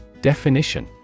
Definition